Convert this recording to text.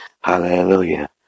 Hallelujah